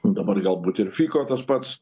dabar galbūt ir fiko tas pats